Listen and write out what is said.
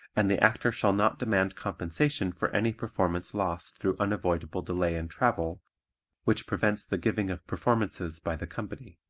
and the actor shall not demand compensation for any performance lost through unavoidable delay in travel which prevents the giving of performances by the company.